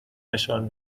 نشان